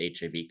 HIV